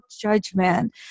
judgment